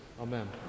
amen